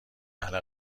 اهل